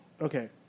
Okay